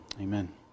Amen